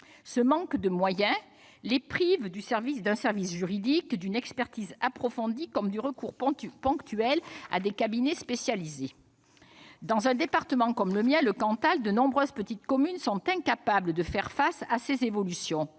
Ce manque de moyens les prive de service juridique, d'une expertise approfondie, comme du recours ponctuel à des cabinets spécialisés. Dans un département comme le mien, le Cantal, de nombreuses petites communes sont incapables de faire face à ces évolutions.